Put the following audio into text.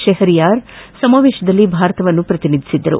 ಕೆಹರಿಯಾರ್ ಸಮಾವೇಶದಲ್ಲಿ ಭಾರತವನ್ನು ಪ್ರತಿನಿಧಿಸಿದ್ದರು